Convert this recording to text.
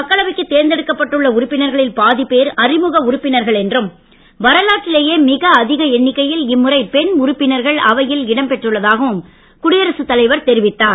மக்களவைக்கு தேர்ந்தெடுக்கப்பட்டு இம்முறை உள்ள உறுப்பினர்களில் பாதிபேர் அறிமுக உறுப்பினர்கள் என்றும் வரலாற்றிலேயே மிக அதிக எண்ணிக்கையில் இம்முறை பெண் உறுப்பினர்கள் பதவியில் இடம் பெற்றுள்ளதாகவும் குடியரசுத் தலைவர் தெரிவித்தார்